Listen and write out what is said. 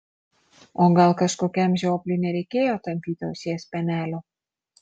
o gal kažkokiam žiopliui nereikėjo tampyti ausies spenelio